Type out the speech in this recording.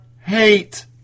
hate